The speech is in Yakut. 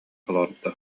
олордо